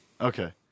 Okay